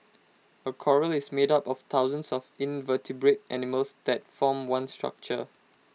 A Coral is made up of thousands of invertebrate animals that form one structure